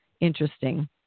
interesting